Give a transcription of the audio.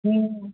ம்